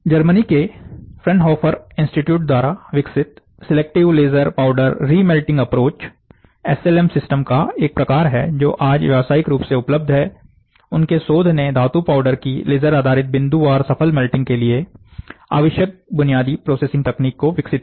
Germany के Fraunhofer institute द्वारा विकसित selective laser powder remelting approach S L M system का प्रकार है जो आज व्यवसायिक रूप से उपलब्ध हैउनके शोध ने धातु पाउडर की लेसर आधारित बिंदुवार सफल मेल्टिंग के लिए आवश्यक बुनियादी प्रोसेसिंग तकनीक को विकसित किया